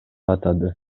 атады